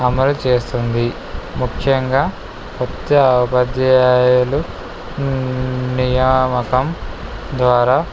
అమలు చేస్తుంది ముఖ్యంగా కొత్త ఉపాధ్యాయులు నియామకం ద్వారా